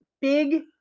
big